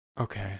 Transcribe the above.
Okay